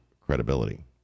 credibility